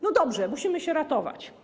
No dobrze, musimy się ratować.